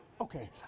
Okay